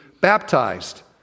baptized